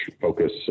focus